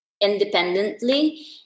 independently